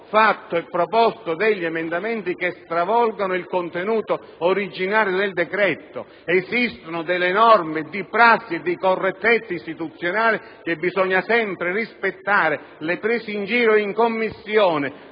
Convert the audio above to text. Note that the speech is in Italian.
fatto e proposto degli emendamenti che stravolgono il contenuto originario del decreto. Esistono norme di prassi e di correttezza istituzionale che bisogna sempre rispettare: in Commissione